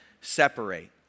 separate